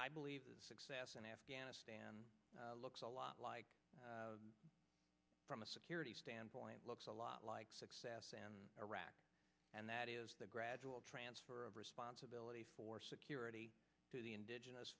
i believe success in afghanistan looks a lot like from a security standpoint looks a lot like success and iraq and that is the gradual transfer of responsibility for security to the indigenous